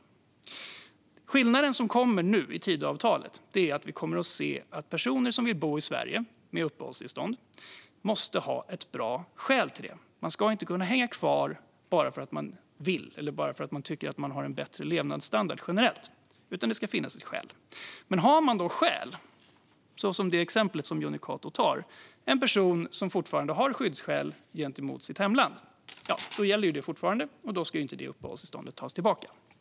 Den skillnad som kommer i och med Tidöavtalet är att vi kommer att se att personer som vill bo med uppehållstillstånd i Sverige måste ha ett bra skäl till det. Man ska inte kunna hänga kvar bara för att man vill eller för att man tycker att man har en bättre levnadsstandard generellt, utan det ska finnas ett skäl. Men har man skäl, som i det exempel som Jonny Cato tar upp - alltså en person som fortfarande har skyddsskäl gentemot sitt hemland - är det detta som gäller. Då ska det uppehållstillståndet inte dras tillbaka.